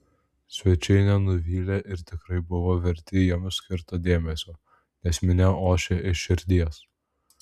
svečiai nenuvylė ir tikrai buvo verti jiems skirto dėmesio nes minia ošė iš širdies